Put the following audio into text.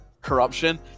corruption